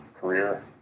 career